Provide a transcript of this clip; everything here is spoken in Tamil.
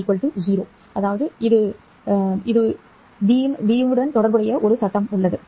́B 0 மேலும் இது தொடர்பான ஒரு சட்டம் உள்ளது